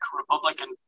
Republican